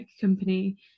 company